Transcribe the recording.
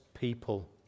people